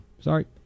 sorry